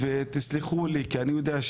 האנשים הללו הלכו ברגל מחיפה עד לבית הנשיא,